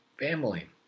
Family